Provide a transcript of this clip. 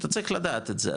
פשוט צריך לדעת את זה,